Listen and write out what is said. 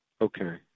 okay